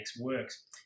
works